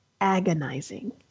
agonizing